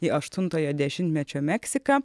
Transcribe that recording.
į aštuntojo dešimtmečio meksiką